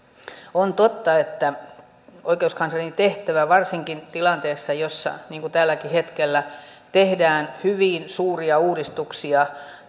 on totta että oikeuskanslerin tehtävä varsinkin tilanteessa jossa niin kuin tälläkin hetkellä tehdään hyvin suuria uudistuksia